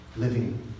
Living